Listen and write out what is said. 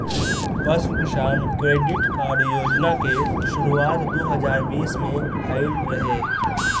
पशु किसान credit card योजना के शुरुआत दू हज़ार बीस में भइल रहे